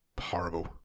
horrible